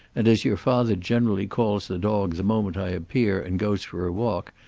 and as your father generally calls the dog the moment i appear and goes for a walk,